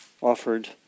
offered